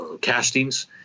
castings